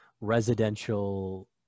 residential